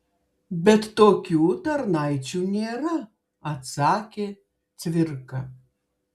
bet tokių tarnaičių nėra atsakė cvirka